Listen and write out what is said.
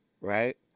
Right